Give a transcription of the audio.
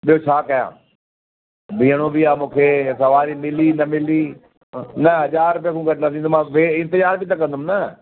ॿियो छा कयां ॿिहणो बि आहे मूंखे सवारी मिली न मिली न हज़ार रुपए खां घटि न थींदो मां भे इंतिजार बि त कंदुमि न